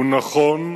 הוא נכון,